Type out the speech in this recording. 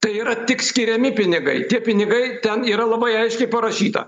tai yra tik skiriami pinigai tie pinigai ten yra labai aiškiai parašyta